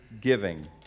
giving